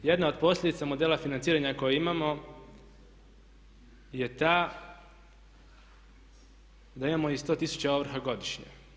Jedna od posljedica modela financiranja koju imamo je ta da imamo i 100 tisuća ovrha godišnje.